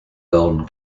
golden